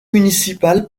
municipal